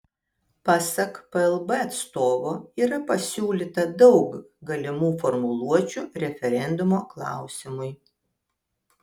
pasak plb atstovo yra pasiūlyta daug galimų formuluočių referendumo klausimui